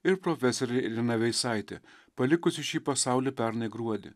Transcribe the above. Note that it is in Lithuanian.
ir profesorė irena veisaitė palikusi šį pasaulį pernai gruodį